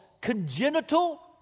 congenital